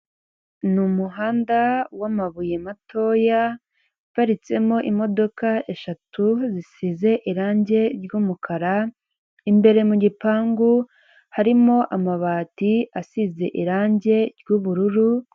N’ umuhanda wamabuye matoya, uparitsemo imodoka eshatu zisize irangi ry’ umukara, imbere mu gipangu harimo amabati asize irangi ry’ ubururu.